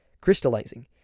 crystallizing